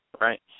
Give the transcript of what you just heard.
right